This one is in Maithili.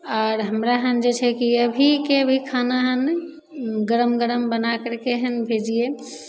आओर हमरा हँ जे छै कि अभीके अभी खाना हँ गरम गरम बना करिके हँ भेजिए